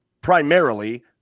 primarily